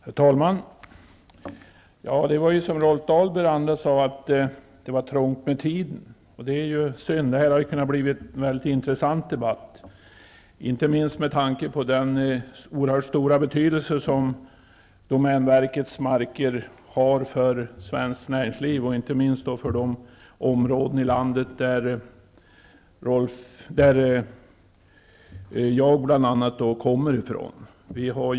Herr talman! Det är, precis som Rolf Dahlberg sade, ont om taletid. Det är synd, därför att den här debatten skulle ha kunnat bli en mycket intressant sådan, inte minst med tanke på den oerhört stora betydelse som domänverkets marker har för svenskt näringsliv. Det gäller i stor utsträckning de områden från vilka bl.a. Rolf Dahlberg och jag kommer.